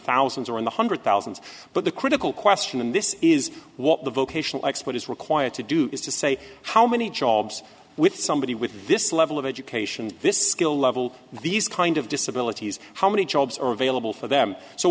thousands or in the hundred thousands but the critical question and this is what the vocational expert is required to do is to say how many jobs with somebody with this level of education this skill level these kind of disabilities how many jobs are available for them so